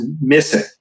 missing